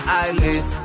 eyelids